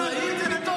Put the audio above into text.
קריאה שנייה.